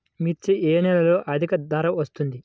మిర్చి ఏ నెలలో అధిక ధర వస్తుంది?